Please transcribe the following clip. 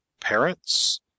parents